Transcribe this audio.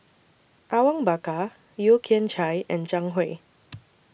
Awang Bakar Yeo Kian Chai and Zhang Hui